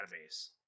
database